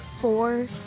four